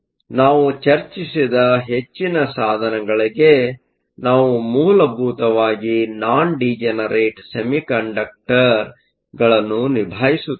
ನಾವು ಚರ್ಚಿಸಿದ ಹೆಚ್ಚಿನ ಸಾಧನಗಳಿಗೆ ನಾವು ಮೂಲಭೂತವಾಗಿ ನಾನ್ ಡೀಜನರೇಟ್ ಸೆಮಿಕಂಡಕ್ಟರ್ಗಳನ್ನು ನಿಭಾಯಿಸುತ್ತೇವೆ